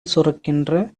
சுரக்கின்ற